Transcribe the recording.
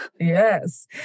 Yes